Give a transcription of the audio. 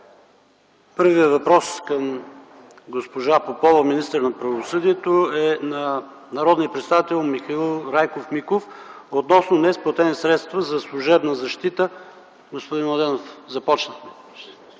Първият въпрос към госпожа Попова – министър на правосъдието, е на народния представител Михаил Райков Миков относно неизплатени средства за служебна защита за 2010 г. Заповядайте,